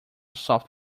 soft